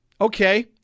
okay